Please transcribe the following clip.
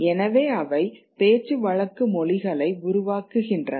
எனவே அவை பேச்சு வழக்கு மொழிகளை உருவாக்குகின்றன